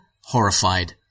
horrified